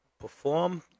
perform